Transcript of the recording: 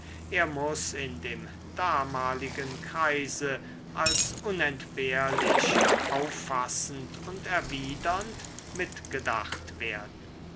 er muß in dem damaligen kreise als unentbehrlich auffassend und erwidernd mitgedacht werden